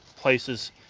places